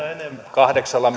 kahdeksalla